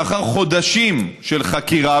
לאחר חודשים של חקירה,